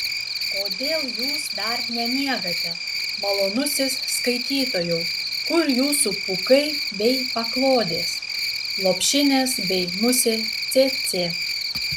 kodėl jūs dar nemiegate malonusis skaitytojau kur jūsų pūkai bei paklodės lopšinės bei musė cėcė